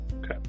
Okay